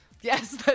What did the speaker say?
Yes